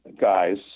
guys